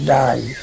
die